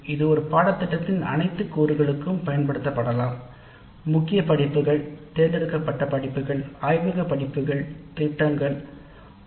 இது ஒரு பாடத்திட்டத்தின் அனைத்து கூறுகளுக்கும் பயன்படுத்தப்படலாம் முக்கிய படிப்புகள் தேர்ந்தெடுக்கப்பட்டவை படிப்புகள் ஆய்வக படிப்புகள் திட்டங்கள் போன்றவற்றுக்கும் பயன்படலாம்